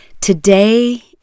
Today